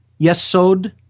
Yesod